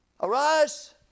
Arise